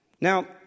Now